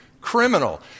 criminal